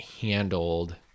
handled